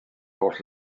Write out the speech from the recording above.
holl